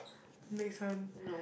next one